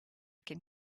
can